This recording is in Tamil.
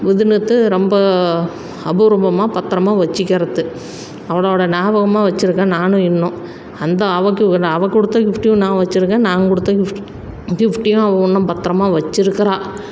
இதுனுட்டு ரொம்ப அபூர்வமாக பத்திரமா வச்சிக்கிறது அவளோடய ஞாபகமாக வச்சிருக்கேன் நானும் இன்னும் அந்த அவள் கிவ் அவள் கொடுத்த வச்சிருக்குறாள் நான் வச்சிருக்கேன் நான் கொடுத்த கிஃப்ட் கிஃப்ட்டையும் அவள் இன்னும் பத்திரமா வச்சிருக்குறாள்